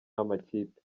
n’amakipe